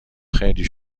خیلی